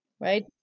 right